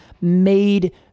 made